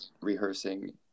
rehearsing